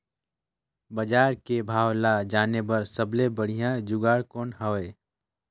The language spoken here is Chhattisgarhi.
बजार के भाव ला जाने बार सबले बढ़िया जुगाड़ कौन हवय?